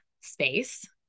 space